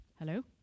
Hello